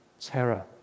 terror